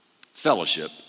fellowship